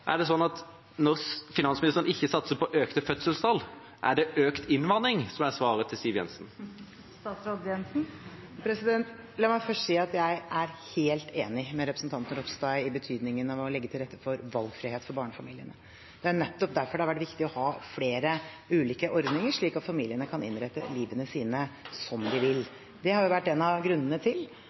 Er det sånn at når finansministeren ikke satser på økte fødselstall, er det økt innvandring som er svaret til Siv Jensen? La meg først si at jeg er helt enig med representanten Ropstad i betydningen av å legge til rette for valgfrihet for barnefamiliene. Det er nettopp derfor det har vært viktig å ha flere ulike ordninger, slik at familiene kan innrette livet sitt som de vil. Det har vært en av grunnene til